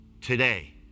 Today